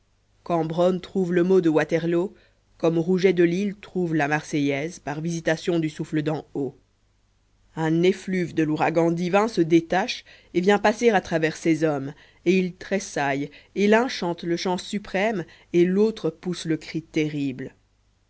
cambronne trouve le mot de waterloo comme rouget de l'isle trouve la marseillaise par visitation du souffle d'en haut un effluve de l'ouragan divin se détache et vient passer à travers ces hommes et ils tressaillent et l'un chante le chant suprême et l'autre pousse le cri terrible